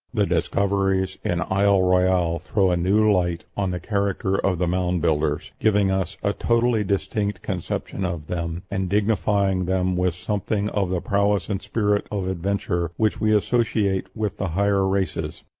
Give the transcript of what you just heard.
the discoveries in isle royale throw a new light on the character of the mound builders giving us a totally distinct conception of them, and dignifying them with something of the prowess and spirit of adventure which we associate with the higher races.